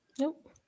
Nope